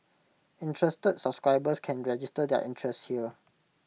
interested subscribers can register their interest here